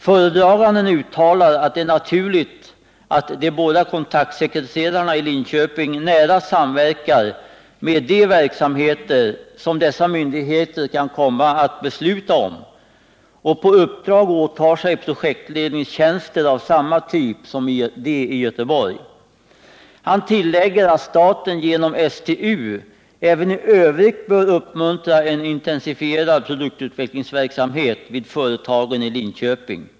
Föredraganden uttalar att det är naturligt att de båda kontaktsekreterarna i Linköping nära samverkar med de verksamheter som dessa myndigheter kan komma att besluta om och på uppdrag åtar sig projektledningstjänster av samma typ som de i Göteborg. Han tillägger att staten genom STU även i övrigt bör uppmuntra en intensifierad produktutvecklingsverksamhet vid företagen i Linköping.